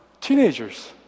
teenagers